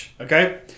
okay